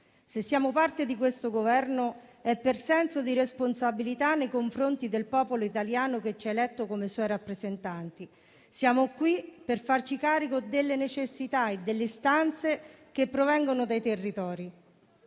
se siamo parte di questo Governo è per senso di responsabilità nei confronti del popolo italiano che ci ha eletto come suoi rappresentanti. Siamo qui per farci carico delle necessità e delle istanze che provengono dai territori.